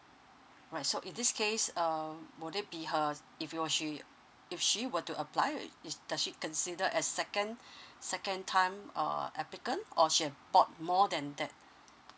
right so in this case um would it be her uh if you're she if she were to apply does she consider as second second time uh applicant or she have bought more than that